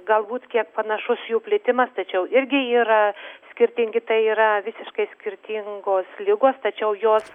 galbūt kiek panašus jų plitimas tačiau irgi yra skirtingi tai yra visiškai skirtingos ligos tačiau jos